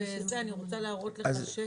אני יכולה להגיד לכם,